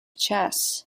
chess